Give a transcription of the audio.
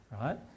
Right